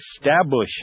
establishing